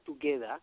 together